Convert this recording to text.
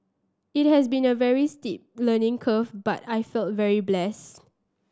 it has been a very steep learning curve but I feel very blessed